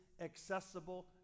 accessible